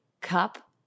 cup